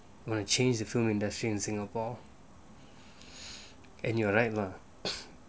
I want to change the film industry in singapore and you're right lah